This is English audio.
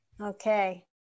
Okay